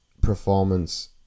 performance